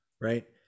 right